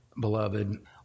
beloved